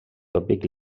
tòpic